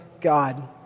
God